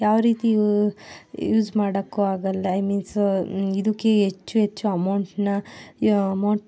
ಯಾವ ರೀತಿಯೂ ಯೂಸ್ ಮಾಡೋಕ್ಕೂ ಆಗಲ್ಲ ಐ ಮೀನ್ಸ್ ಇದಕ್ಕೆ ಎಚ್ಚು ಎಚ್ಚು ಅಮೌಂಟ್ನಾ ಅಮೋಂಟ್ನಾ